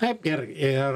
taip ir ir